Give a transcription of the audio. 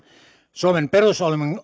suomen perusongelma